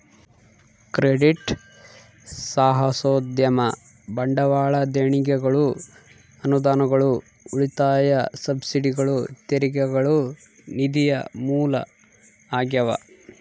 credit ಸಾಹಸೋದ್ಯಮ ಬಂಡವಾಳ ದೇಣಿಗೆಗಳು ಅನುದಾನಗಳು ಉಳಿತಾಯ ಸಬ್ಸಿಡಿಗಳು ತೆರಿಗೆಗಳು ನಿಧಿಯ ಮೂಲ ಆಗ್ಯಾವ